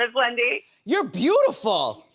and wendy? you're beautiful.